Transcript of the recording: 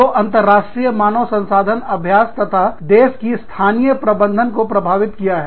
जो अंतरराष्ट्रीय मानव संसाधन अभ्यास तथा देश की स्थानीय प्रबंधन को प्रभावित किया है